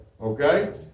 okay